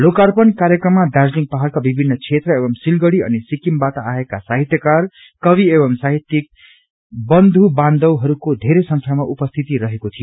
लोकार्पण कार्यक्रममा दार्जीलिङ पाहाड़का विभिन्न क्षेत्र एवं सिलगड़ी अनि सिक्किमबाट आएका साहित्यकार कवि एवं साहित्यिक बन्धुवान्धवहरूको धेरै संख्यामा उपस्थित रहेको थियो